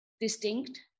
distinct